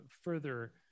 further